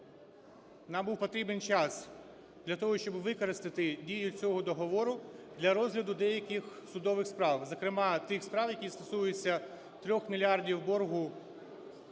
нам був потрібен час для того, щоб використати дію цього договору для розгляду деяких судових справ. Зокрема тих справ, які стосуються 3 мільярдів боргу